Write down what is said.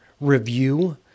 review